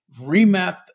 remap